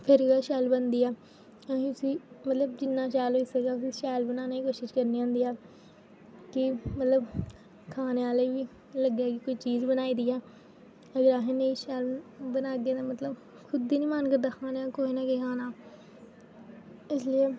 फिर गै शैल बनदी ऐ असें उसी मतलब जि'न्ना शैल होई सकै उ'न्ना शैल बनाने दी कोशिश करनी होंदी ऐ कि मतलब खाने आह्ले गी बी लग्गै कि कोई चीज बनाई दी ऐ अगर असें नेईं शैल बनागे ते मतलब खुद निं करदा मन खानै गी कुसै ने केह् खाना इस लेई